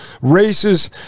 Races